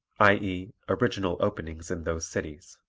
i e, original openings in those cities.